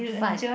fun